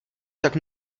tak